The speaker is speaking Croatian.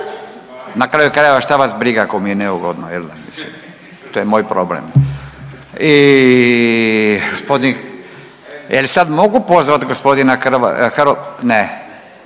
na kraju krajeva šta vas briga ako mi je neugodno jel da, to je moj problem. I g. jel sad mogu pozvat gospodina Hrvoja? Ne.